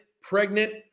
pregnant